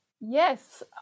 Yes